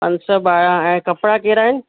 पंज सौ ॿारहं ऐं कपिड़ा कहिड़ा आहिनि